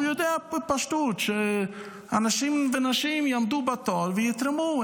והוא יודע בפשטות שאנשים ונשים יעמדו בתור ויתרמו,